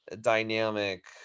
dynamic